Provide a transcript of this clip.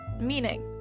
meaning